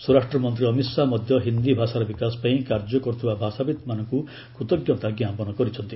ସ୍ୱରାଷ୍ଟ୍ର ମନ୍ତ୍ରୀ ଅମିତ ଶାହା ମଧ୍ୟ ହିନ୍ଦୀ ଭାଷାର ବିକାଶ ପାଇଁ କାର୍ଯ୍ୟ କରୁଥିବା ଭାଷାବିତ୍ମାନଙ୍କୁ କୃତ୍ଜତା ଜ୍ଞାପନ କରିଛନ୍ତି